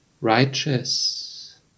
righteous